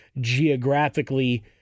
geographically